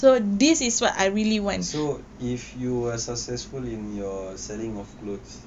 so if you are successful in your selling of clothes